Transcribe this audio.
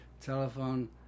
telephone